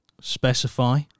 specify